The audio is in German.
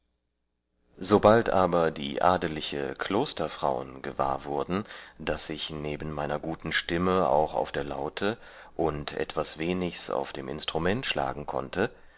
sobald aber die adeliche klosterfrauen gewahr wurden daß ich neben meiner guten stimme auch auf der laute und etwas wenigs auf dem instrument schlagen konnte